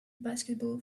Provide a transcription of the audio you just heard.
basketball